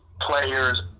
players